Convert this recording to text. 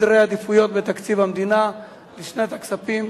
בסדרי עדיפויות בתקציב המדינה לשנת הכספים